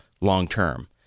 long-term